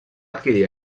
adquirir